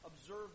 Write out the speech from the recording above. observe